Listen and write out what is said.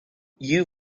you